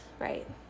right